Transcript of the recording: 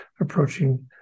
approaching